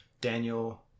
Daniel